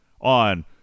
on